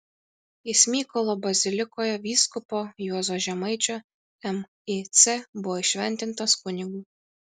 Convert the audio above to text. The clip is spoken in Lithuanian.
jis mykolo bazilikoje vyskupo juozo žemaičio mic buvo įšventintas kunigu